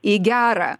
į gerą